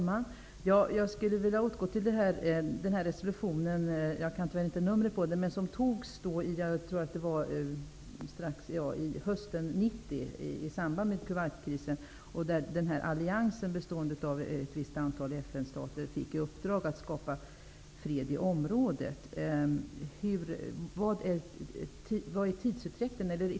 Herr talman! Jag skulle vilja återgå till den resolution -- jag kan tyvärr inte numret på den -- Kuwaitkrisen, då alliansen bestående av ett visst antal FN-stater fick i uppdrag att skapa fred i området.